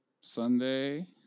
Sunday